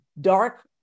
dark